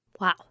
Wow